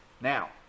Now